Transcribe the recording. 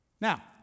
Now